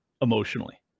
emotionally